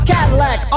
Cadillac